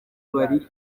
bari